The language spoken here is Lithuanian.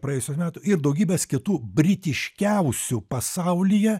praėjusių metų ir daugybės kitų britiškiausių pasaulyje